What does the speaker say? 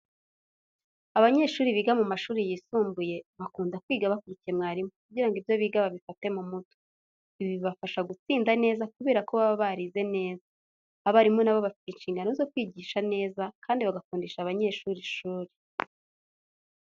Abanyeshuri biga mu mashuri yisumbuye, bakunda kwiga bakurikiye mwarimu kugira ngo ibyo biga babifate mu mutwe. Ibi bibafasha gutsinda neza kubera ko baba barize neza. Abarimu na bo bafite inshingano zo kwigisha neza, kandi bagakundisha abanyeshuri ishuri.